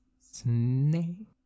snake